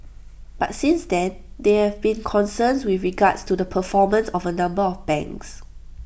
but since then there have been concerns with regards to the performance of A number of banks